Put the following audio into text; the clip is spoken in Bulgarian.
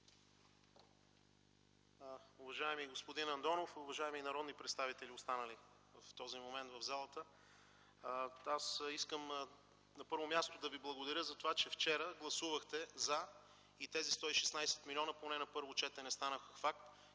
Уважаеми господин Андонов, уважаеми народни представители, останали в този момент в залата! Искам на първо място да Ви благодаря за това, че вчера гласувахте „за” и тези 116 млн. лв. поне на първо четене станаха факт.